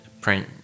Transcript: print